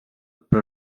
però